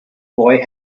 boy